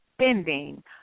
spending